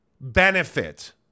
benefit